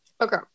Okay